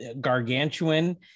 gargantuan